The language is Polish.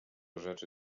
rzeczy